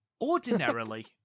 ordinarily